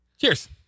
cheers